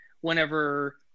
whenever